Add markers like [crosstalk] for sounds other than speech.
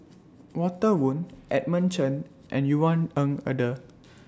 Walter Woon Edmund Chen and Yvonne Ng Uhde [noise]